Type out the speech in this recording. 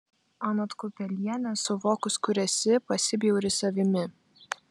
anot kiupelienės suvokus kur esi pasibjauri savimi